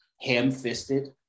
ham-fisted